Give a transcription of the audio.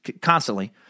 constantly